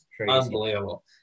Unbelievable